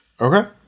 Okay